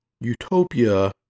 utopia